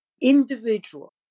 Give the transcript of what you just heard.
individual